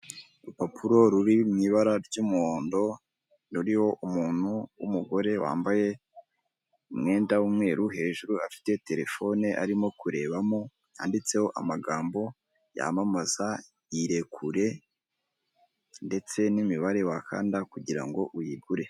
Urupapuro ruri mu ibara ry'umuhondo, ruriho umuntu w'umugore wambaye umwenda w'umweru, hejuru afite telefone arimo kurebamo yanditseho amagambo yamamaza irekure ndetse n'imibare wakanda kugira ngo uyigure.